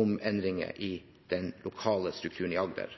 om endringer i den lokale strukturen i Agder.